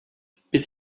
biss